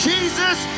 Jesus